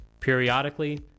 periodically